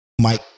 Mike